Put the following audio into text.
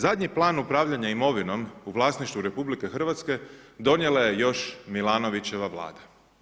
Zadnji plan upravljanja imovinom u vlasništvu RH donijela je još Milanovićeva Vlada.